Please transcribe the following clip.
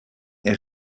est